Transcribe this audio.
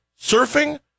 surfing